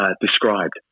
described